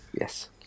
Yes